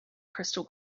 crystal